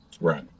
Right